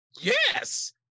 Yes